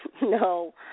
No